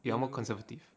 you are more conservative